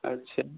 अच्छा